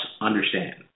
understand